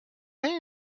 names